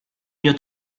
mio